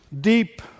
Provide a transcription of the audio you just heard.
deep